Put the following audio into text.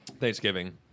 Thanksgiving